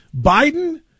Biden